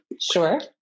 Sure